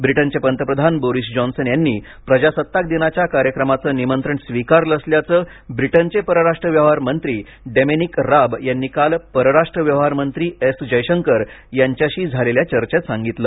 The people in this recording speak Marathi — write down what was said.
ब्रिटनचे पंतप्रधान बोरिस जॉन्सन यांनी प्रजासत्ताकदिनाच्या कार्यक्रमाचं निमंत्रण स्वीकारलं असल्याचं ब्रिटनचे परराष्ट्र व्यवहार मंत्री डेमिनिक राब यांनी काल परराष्ट्र व्यवहार मंत्री एस जयशंकर यांच्याशी झालेल्या चर्चेत सांगितलं